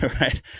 Right